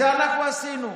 את זה אנחנו עשינו.